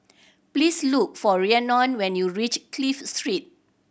please look for Rhiannon when you reach Clive Street